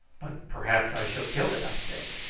but perhaps i shall kill it, i said.